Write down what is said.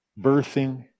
birthing